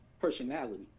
personality